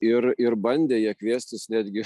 ir ir bandė jie kviestis netgi